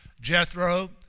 Jethro